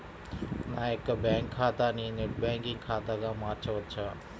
నా యొక్క బ్యాంకు ఖాతాని నెట్ బ్యాంకింగ్ ఖాతాగా మార్చవచ్చా?